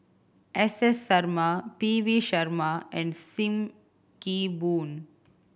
S S Sarma P V Sharma and Sim Kee Boon